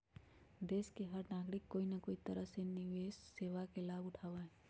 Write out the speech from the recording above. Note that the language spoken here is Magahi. देश के हर नागरिक कोई न कोई तरह से निवेश सेवा के लाभ उठावा हई